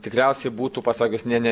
tikriausiai būtų pasakius ne ne